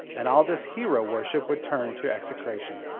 and all this hero-worship would turn to execration.